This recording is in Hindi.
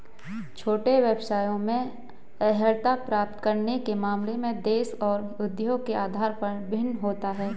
छोटे व्यवसायों में अर्हता प्राप्त करने के मामले में देश और उद्योग के आधार पर भिन्न होता है